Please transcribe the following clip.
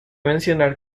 mencionar